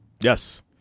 Yes